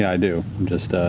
i do. i'm just